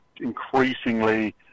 increasingly